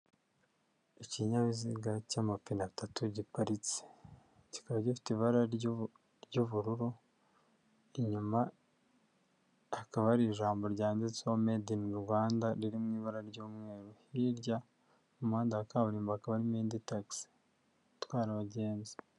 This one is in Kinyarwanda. Ikinyabiziga cy'amapine atatu giparitse, kikaba gifite ibara ry'ubururu, inyuma hakaba hari ijambo ryanditseho medi ini Rwanda riri mu ibara ry'umweru, hirya y'umuhanda wa kaburimbo hakabamo indi tagisi itwara abagenzi.